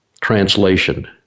Translation